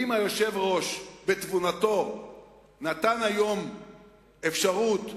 ואם היושב-ראש בתבונתו נתן היום אפשרות,